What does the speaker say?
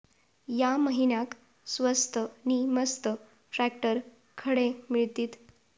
या महिन्याक स्वस्त नी मस्त ट्रॅक्टर खडे मिळतीत?